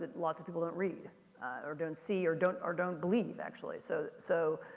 ah lots of people don't read or don't see or don't or don't believe actually. so, so